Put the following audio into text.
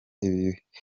ibikabyo